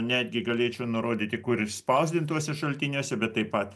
netgi galėčiau nurodyti kur išspausdintuose šaltiniuose bet taip pat